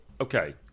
okay